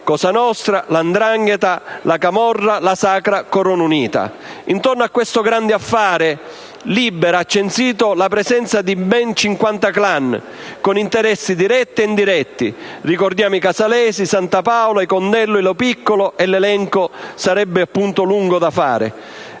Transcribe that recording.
(cosa nostra, 'ndrangheta, camorra, sacra corona unita). Attorno a questo grande affare, l'associazione Libera ha censito la presenza di ben 50 clan con interessi diretti e indiretti: ricordiamo i casalesi, i Santapaola, i Condello, i Lo Piccolo: e l'elenco sarebbe lungo da fare.